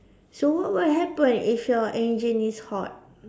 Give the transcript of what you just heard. so what will happen if your engine is hot